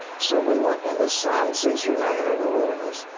so we went and this sign says, youre now entering a wilderness.